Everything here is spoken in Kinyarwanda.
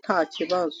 ntakibazo.